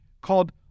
called